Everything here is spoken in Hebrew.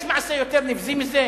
יש מעשה יותר נבזי מזה?